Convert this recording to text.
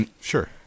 sure